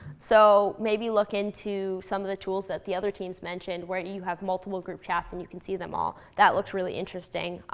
so maybe look into some of the tools that the other teams mentioned, where you have multiple group chats and you can see them all. that looks really interesting.